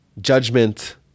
judgment